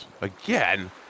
again